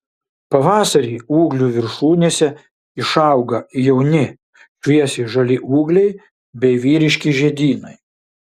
pavasarį ūglių viršūnėse išauga jauni šviesiai žali ūgliai bei vyriški žiedynai